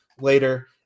later